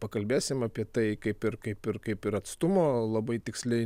pakalbėsim apie tai kaip ir kaip ir kaip ir atstumo labai tiksliai